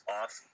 off